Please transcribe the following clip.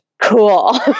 Cool